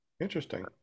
Interesting